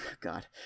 God